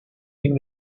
fin